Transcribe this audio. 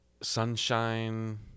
sunshine